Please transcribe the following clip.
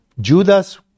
Judas